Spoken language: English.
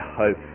hope